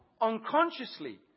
unconsciously